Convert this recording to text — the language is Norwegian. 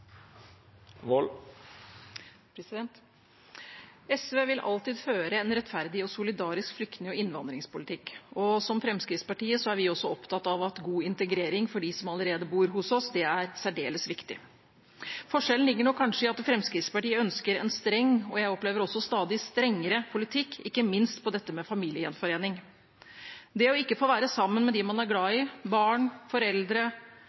SV vil alltid føre en rettferdig og solidarisk flyktning- og innvandringspolitikk. Som Fremskrittspartiet er vi opptatt av at god integrering for dem som allerede bor hos oss, er særdeles viktig. Forskjellen ligger nok kanskje i at Fremskrittspartiet ønsker en streng – og jeg opplever også stadig strengere – politikk, ikke minst når det gjelder familiegjenforening. Det å ikke få være sammen med dem man er glad